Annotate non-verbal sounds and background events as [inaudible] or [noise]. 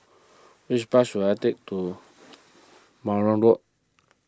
which bus should I take to [unintelligible] Road